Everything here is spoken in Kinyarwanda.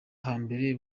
hambere